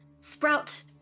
sprout